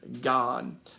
gone